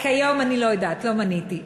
אני לא יודעת, לא מניתי.